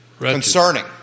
Concerning